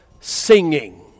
singing